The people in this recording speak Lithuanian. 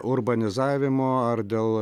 urbanizavimo ar dėl